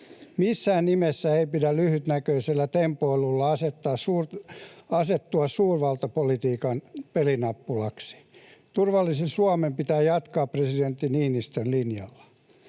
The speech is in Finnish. Missään nimessä ei pidä lyhytnäköisellä tempoilulla asettua suurvaltapolitiikan pelinappulaksi. Turvallisen Suomen pitää jatkaa presidentti Niinistön linjalla.